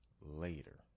later